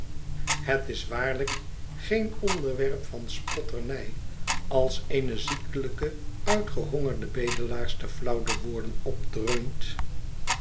het is waarlijk geen onderwerp van spotterny als eene ziekelijke uitgehongerde bedelaarster ftauw de woorden opdreunt